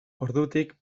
ordutik